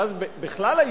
ואז, בכלל היישוב,